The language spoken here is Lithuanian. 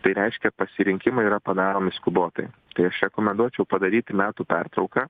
tai reiškia pasirinkimai yra padaromi skubotai tai aš rekomenduočiau padaryti metų pertrauką